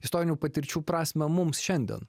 istorinių patirčių prasmę mums šiandien